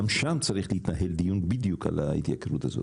שם צריך להתנהל דיון בדיוק על ההתייקרות הזאת,